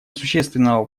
существенного